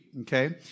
okay